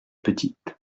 petite